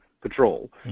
patrol